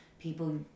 people